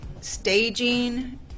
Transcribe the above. staging